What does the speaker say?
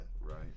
Right